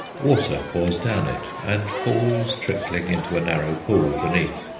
water pours down it and falls trickling into a narrow pool beneath.